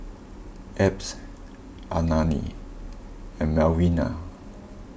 Abbs Alani and Malvina